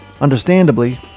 understandably